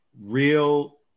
real